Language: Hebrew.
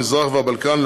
מזרח והבלקן,